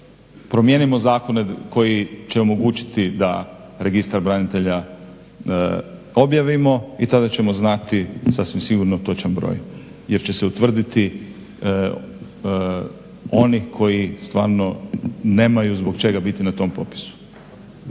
promijenimo zakone koji će omogućiti da Registar branitelja objavimo i tada ćemo znati sasvim sigurno točan broj jer će se utvrditi oni koji stvarno nemaju zbog čega biti na tom popisu.